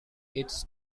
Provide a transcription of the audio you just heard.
its